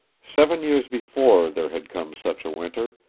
seven years before there had come such a winter,